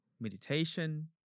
Meditation